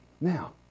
Now